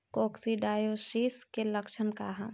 Coccidiosis के लक्षण का ह?